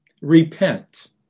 Repent